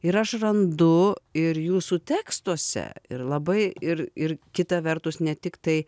ir aš randu ir jūsų tekstuose ir labai ir ir kita vertus ne tiktai